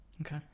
Okay